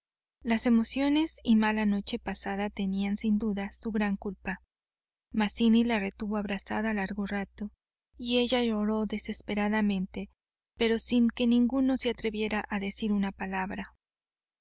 las emociones y mala noche pasada tenían sin duda su gran culpa mazzini la retuvo abrazada largo rato y ella lloró desesperadamente pero sin que ninguno se atreviera a decir una palabra